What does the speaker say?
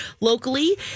locally